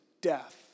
death